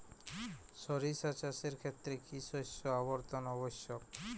সরিষা চাষের ক্ষেত্রে কি শস্য আবর্তন আবশ্যক?